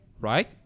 right